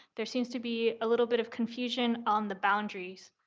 there seems to be a little bit of confusion on the boundaries.